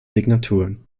signaturen